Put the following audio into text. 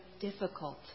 difficult